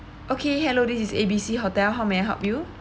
okay hello this is A B C hotel how may I help you